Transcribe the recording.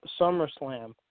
SummerSlam